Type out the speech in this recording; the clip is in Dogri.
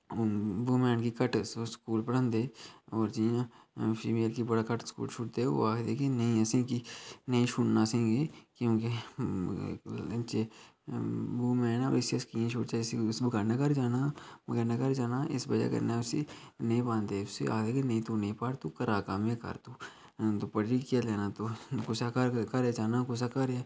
बुमैन गी घट्ट स्कूल पढ़ांदे होर जियां फीमेल गी बड़ा घट्ट स्कूल छोड़दे ओह् आखदे कि असेंगी नेईं छोड़ना असेंगी क्योंकि बुमैन जे इसी अस कियां छोड़चै इस बगान्नै घर जाना बगान्नै घर जाना इक बजह् कन्नै उसी नेईं पांदे उसी आखदे कि नेईं तूंं नेईं पढ़ तूं घरा दा कम्म गै कर तूं पढ़ियै केह् लैना तूं कुसै दे घर घरै गी जाना कुसै दे घर